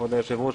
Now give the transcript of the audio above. כבוד היושב-ראש,